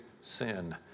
sin